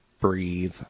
breathe